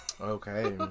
Okay